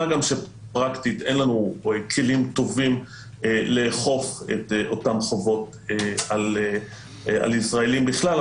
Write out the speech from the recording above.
מה גם שפרקטית אין לנו כלים טובים לאכוף את אותן חובות על ישראלים בכלל,